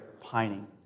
pining